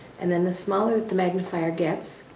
and then the smaller that the magnifier gets,